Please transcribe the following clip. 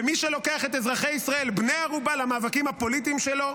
ומי שלוקח את אזרחי ישראל בני ערובה למאבקים הפוליטיים שלו,